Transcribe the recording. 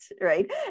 right